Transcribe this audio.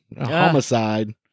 homicide